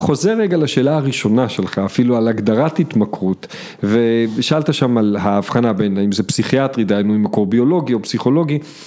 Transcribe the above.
‫חוזר רגע לשאלה הראשונה שלך, ‫אפילו על הגדרת התמכרות, ‫ושאלת שם על ההבחנה בין ‫האם זה פסיכיאטרי, ‫דהיינו, אם מקור ביולוגי או פסיכולוגי.